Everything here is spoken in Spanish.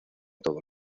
todos